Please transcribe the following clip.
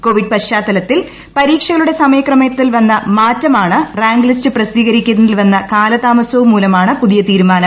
Covid പശ്ചാത്തലീത്തിൽ പരീക്ഷകളുടെ സമയക്രമത്തിൽ വന്ന മാറ്റവും റാങ്ക്ട് പ്ലൂീസ്റ്റ് പ്രസിദ്ധീകരിക്കുന്നതിൽ വന്ന കാലതാമസവും മൂലമാണ് പുത്രീയ് തീരുമാനം